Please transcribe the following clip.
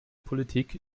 politik